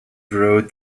wrote